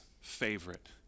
favorite